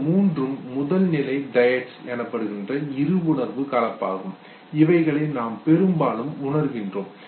இந்த மூன்றும் முதல் நிலை டயட்ஸ் இருவுணர்வு கலப்பு ஆகும் இவைகளை நாம் பெரும்பாலும் உணர்கின்றோம்